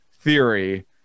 theory